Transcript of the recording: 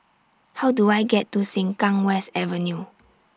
How Do I get to Sengkang West Avenue